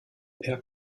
per